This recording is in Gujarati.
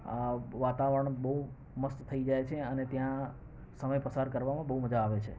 આ વાતાવરણ બહુ મસ્ત થઈ જાય છે અને ત્યાં સમય પસાર કરવામાં બહુ મજા આવે છે